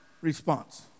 response